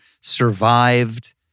survived